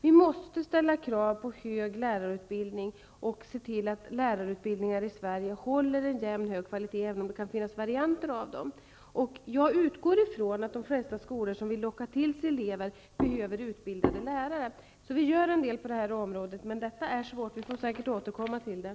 Vi måste ställa krav på hög lärarutbildning och se till att lärarutbildningar i Sverige håller en jämn och hög kvalitet, även om det kan finnas varianter av dem. Jag utgår från att de flesta skolor som vill locka till sig elever behöver utbildade lärare. Vi gör alltså en del på det här området, men detta är svårt. Vi får säkert återkomma till det.